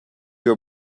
were